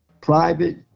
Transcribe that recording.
private